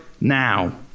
now